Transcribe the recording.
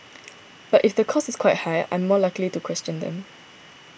but if the cost is quite high I am more likely to question them